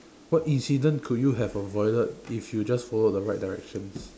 what incident could you have avoided if you just followed the right directions